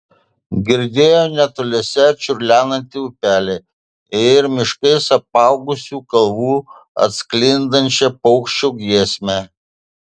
girdėjo netoliese čiurlenantį upelį iš miškais apaugusių kalvų atsklindančią paukščio giesmę